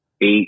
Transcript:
eight